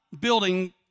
building